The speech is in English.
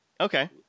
Okay